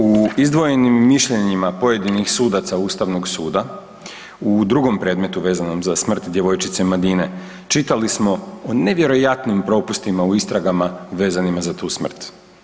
U izdvojenim mišljenjima pojedinih sudaca ustavnog suda u drugom predmetu vezanom za smrt djevojčice Madine čitali smo o nevjerojatnim propustima u istragama vezanima za tu smrt.